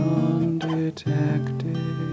undetected